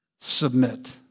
submit